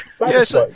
Yes